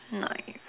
nice